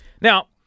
Now